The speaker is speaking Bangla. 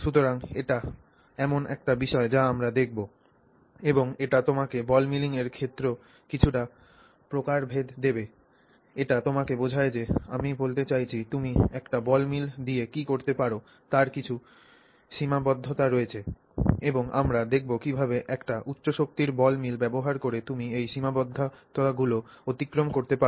সুতরাং এটিও এমন একটি বিষয় যা আমরা দেখব এবং এটি তোমাকে বল মিলিং এর ক্ষেত্রে কিছুটা প্রকারভেদ দেবে এটি তোমাকে বোঝায় যে আমি বলতে চাইছি তুমি একটি বল মিল দিয়ে কী করতে পার তার কিছু সীমাবদ্ধতা রয়েছে এবং আমরা দেখব কীভাবে একটি উচ্চ শক্তির বল মিল ব্যবহার করে তুমি এই সীমাবদ্ধতাগুলি অতিক্রম করতে পার